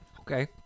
Okay